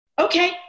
Okay